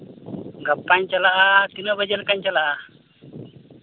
ᱜᱟᱯᱟᱧ ᱪᱟᱞᱟᱜᱼᱟ ᱛᱤᱱᱟᱹᱜ ᱵᱟᱡᱮ ᱞᱮᱠᱟᱧ ᱪᱟᱞᱟᱜᱼᱟ